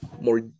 more